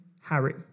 Harry